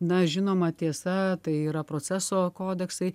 na žinoma tiesa tai yra proceso kodeksai